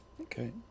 Okay